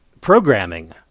programming